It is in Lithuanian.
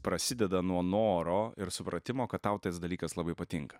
prasideda nuo noro ir supratimo kad tau tas dalykas labai patinka